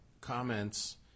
comments